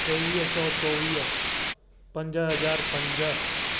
टेवीह सौ चोवीह पंज हज़ार पंज